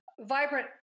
vibrant